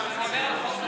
אתה מדבר על חוק,